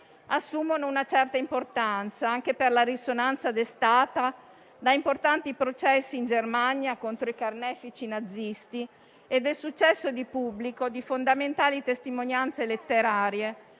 assumono una certa importanza, anche per la risonanza destata da importanti processi in Germania contro i carnefici nazisti e del successo di pubblico di fondamentali testimonianze letterarie